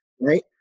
right